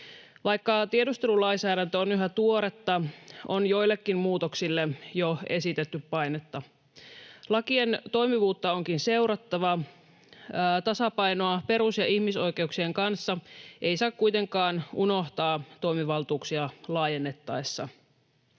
Vaikka tiedustelulainsäädäntö on yhä tuoretta, on joillekin muutoksille jo esitetty painetta. Lakien toimivuutta onkin seurattava. Tasapainoa perus‑ ja ihmisoikeuksien kanssa ei saa kuitenkaan unohtaa toimivaltuuksia laajennettaessa.